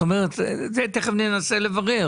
זאת אומרת, תכף ננסה לברר.